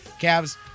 Cavs